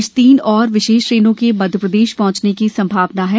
आज तीन और विशेष ट्रेनों के मध्यप्रदेश पहंचने की सम्भावना है